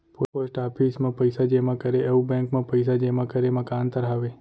post office मा पइसा जेमा करे अऊ बैंक मा पइसा जेमा करे मा का अंतर हावे